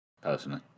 personally